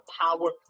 power